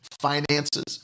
Finances